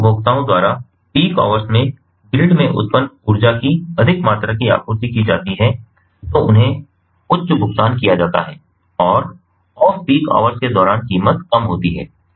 यदि उपभोक्ताओं द्वारा पीक आवर्स में ग्रिड में उत्पन्न ऊर्जा की अधिक मात्रा की आपूर्ति की जाती है तो उन्हें उच्च भुगतान किया जाता है और ऑफ पीक आवर्स के दौरान कीमत कम होती है